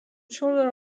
shoulder